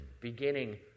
beginning